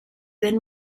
then